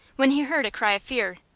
when he heard a cry of fear,